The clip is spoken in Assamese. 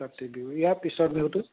কাতি বিহু ইয়াৰ পিছৰ বিহুটো